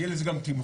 יהיה לזה גם תימחור.